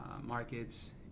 markets